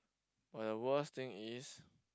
but the worst thing is